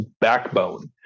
backbone